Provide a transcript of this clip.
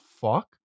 fuck